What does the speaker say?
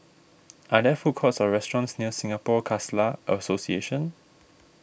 are there food courts or restaurants near Singapore Khalsa Association